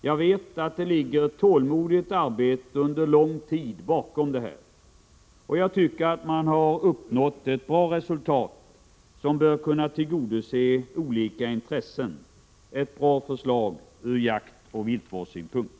Jag vet att det ligger tålmodigt arbete under lång tid bakom detta, och jag tycker att man har uppnått ett bra resultat, som bör kunna tillgodose olika intressen — ett bra förslag från jaktoch viltvårdens synpunkt.